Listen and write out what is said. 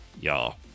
Y'all